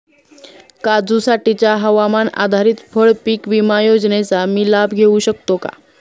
काजूसाठीच्या हवामान आधारित फळपीक विमा योजनेचा मी लाभ घेऊ शकतो का?